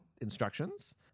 instructions